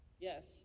Yes